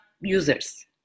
users